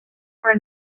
were